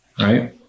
right